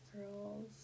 girls